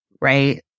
right